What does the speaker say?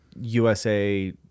USA